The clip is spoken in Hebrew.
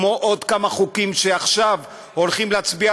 כמו עוד כמה חוקים שעכשיו הולכים להצביע